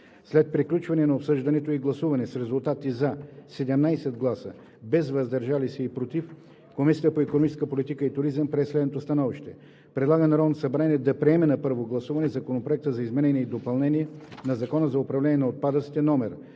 След приключване на обсъждането и гласуване с резултати: 17 гласа „за“, без „против“ и „въздържал се“, Комисията по икономическа политика и туризъм прие следното становище: Предлага на Народното събрание да приеме на първо гласуване Законопроект за изменение и допълнение на Закона за управление на отпадъците,